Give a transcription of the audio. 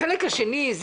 החלק השני,